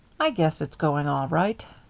i guess it's going all right.